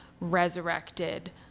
resurrected